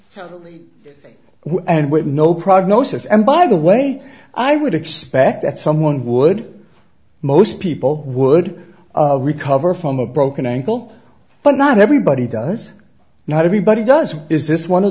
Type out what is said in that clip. with no prognosis and by the way i would expect that someone would most people would recover from a broken ankle but not everybody does not everybody does is this one of